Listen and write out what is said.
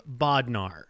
Bodnar